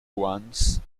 ones